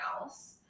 else